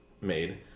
made